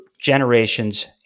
generations